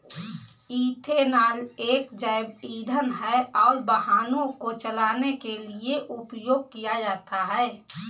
ethanol एक जैव ईंधन है और वाहनों को चलाने के लिए उपयोग किया जाता है